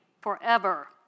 forever